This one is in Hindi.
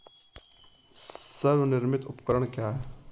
स्वनिर्मित उपकरण क्या है?